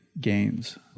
gains